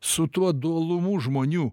su tuo dualumu žmonių